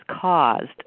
caused